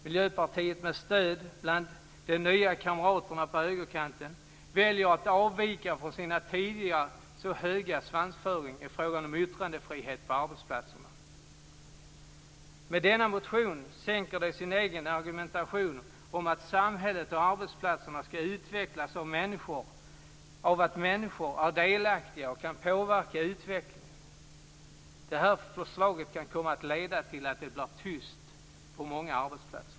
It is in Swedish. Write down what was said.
Miljöpartiet, med stöd bland de nya kamraterna på högerkanten, väljer att avvika från sin tidigare så höga svansföring i fråga om yttrandefrihet på arbetsplatserna. Med denna motion sänker de sin egen argumentation om att samhället och arbetsplatserna utvecklas av att människor är delaktiga och kan påverka utvecklingen. Det här förslaget kan komma att leda till att det blir tyst på många arbetsplatser.